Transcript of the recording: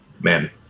man